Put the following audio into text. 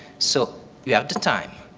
so you have the time,